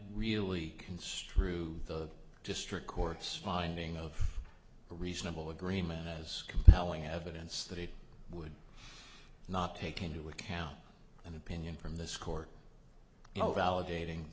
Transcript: really construe the district court's finding of a reasonable agreement as compelling evidence that it would not take into account an opinion from this court no validating